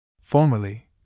Formerly